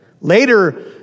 Later